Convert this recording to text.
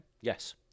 Yes